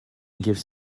gives